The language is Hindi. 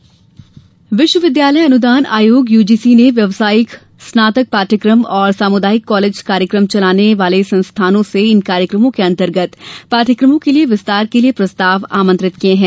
यूजीसी विश्वविद्यालय अनुदान आयोग यूजीसी ने व्यावसायिक स्नातक पाठ्यक्रम और सामुदायिक कॉलेज कार्यक्रम चलाने वाले संस्थानों से इन कार्यक्रमों के अंतर्गत पाठ्यक्रमों के विस्तार के लिए प्रस्ता्व आमंत्रित किए हैं